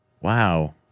Wow